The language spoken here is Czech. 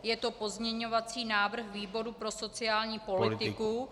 Je to pozměňovací návrh výboru pro sociální politiku.